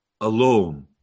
alone